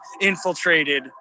infiltrated